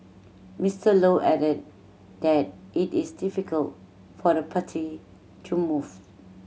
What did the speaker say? Mister Low added that it is difficult for the party to move